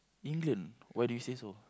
England why do you say so